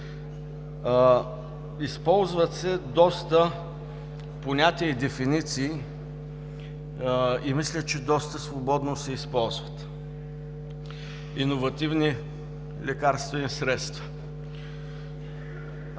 Използват се доста понятия и дефиниции, и мисля, че доста свободно се използват: иновативни лекарствени средства,